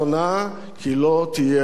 כי לא תהיה עוד הזדמנות.